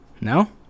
No